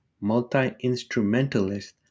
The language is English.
multi-instrumentalist